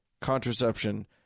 contraception